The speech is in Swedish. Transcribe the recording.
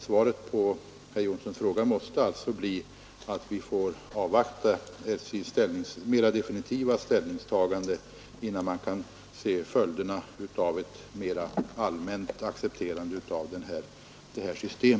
Svaret på herr Jonssons i Mora fråga måste bli att vi får avvakta SJ:s mera definitiva ställningstagande innan man kan överblicka följderna av ett mera allmänt accepterande av detta system.